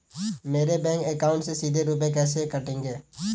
मेरे bank account से सीधे रुपए कैसे कटेंगे?